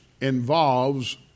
involves